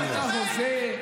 אנחנו עשינו את רפורמת היבוא,